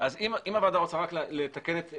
אם הוועדה רוצה רק לתקן את